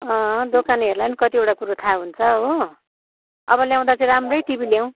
अँ दोकानेहरूलाई पनि कतिवटा कुरो थाहा हुन्छ हो अब ल्याउँदा चाहिँ राम्रै टिभी ल्याउँ